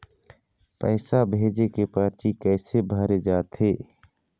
पैसा भेजे के परची कैसे भरे जाथे?